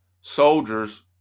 soldiers